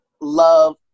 love